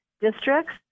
districts